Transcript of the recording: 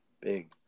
Big